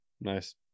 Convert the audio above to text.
Nice